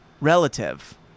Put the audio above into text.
relative